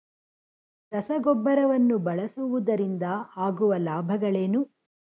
ರಸಗೊಬ್ಬರವನ್ನು ಬಳಸುವುದರಿಂದ ಆಗುವ ಲಾಭಗಳೇನು?